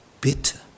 bitter